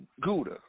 gouda